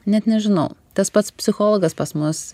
net nežinau tas pats psichologas pas mus